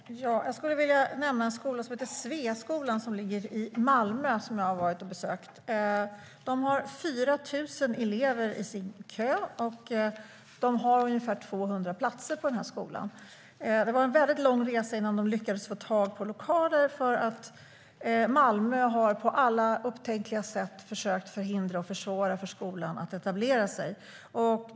Herr talman! Jag skulle vilja nämna en skola som heter Sveaskolan, som ligger i Malmö och som jag har besökt. Skolan har 4 000 elever i sin kö och ungefär 200 platser. Det var en väldigt lång resa innan de lyckades få tag i lokaler, för Malmö har på alla upptänkliga sätt försökt försvåra för skolan att etablera sig.